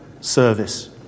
service